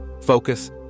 focus